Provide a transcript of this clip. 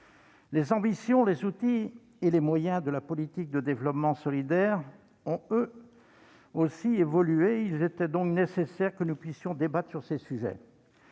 Les ambitions, les outils et les moyens de la politique de développement solidaire ayant eux aussi évolué, il était nécessaire que nous puissions débattre sur ces sujets.